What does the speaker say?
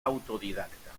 autodidacta